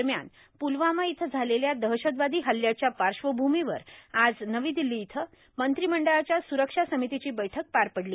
दरम्यान प्लवामा इथं झालेल्या दहशतवादी हल्ल्याच्या पाश्वभूमीवर आज नवी दिल्ली इथं मंत्रिमंडळाच्या स्रक्षा समितीची बैठक पार पडली